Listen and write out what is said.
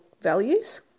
values